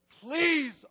Please